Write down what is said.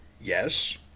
Yes